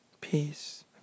peace